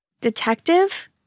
Detective